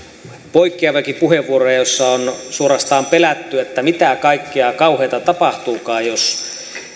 poikkeaviakin puheenvuoroja joissa on suorastaan pelätty mitä kaikkea kauheata tapahtuukaan jos